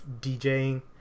DJing